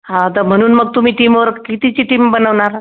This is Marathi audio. हां तर म्हणून मग तुम्ही टीमवर्क कितीची टीम बनवणार हा